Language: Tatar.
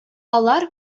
алар